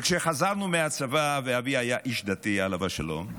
כשחזרנו מהצבא, ואבי, עליו השלום,